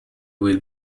will